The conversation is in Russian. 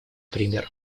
пример